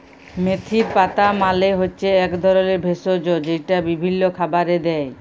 মেথির পাতা মালে হচ্যে এক ধরলের ভেষজ যেইটা বিভিল্য খাবারে দেয়